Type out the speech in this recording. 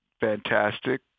fantastic